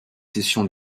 sessions